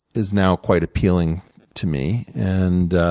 is now quite appealing to me, and